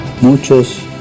Muchos